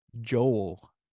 Joel